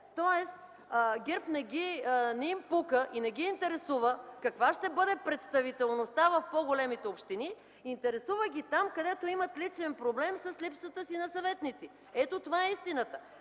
Тоест на ГЕРБ не им пука и не ги интересува каква ще бъде представителността в по-големите общини. Интересува ги там, където имат личен проблем с липсата си на съветници. Ето това е истината.